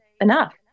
enough